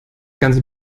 ganze